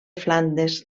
flandes